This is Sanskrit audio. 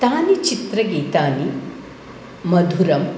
तानि चित्रगीतानि मधुरम्